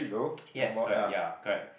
yes correct yea correct